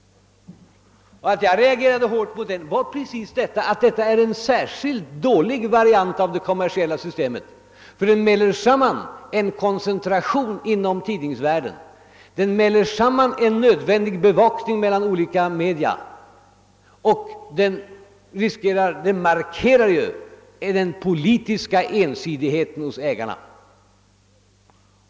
Att jag reagerade hårt mot detta berodde på att jag ansåg det vara en särskilt dålig variant av det kommersiella systemet, ty den mäler samman en koncentration inom tidningsvärlden, den mäler samman en nödvändig bevakning mellan olika media och den markerar den politiska ensidigheten hos ägarna.